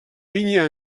vinya